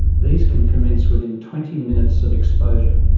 these can commence within twenty minutes of exposure.